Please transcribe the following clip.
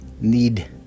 need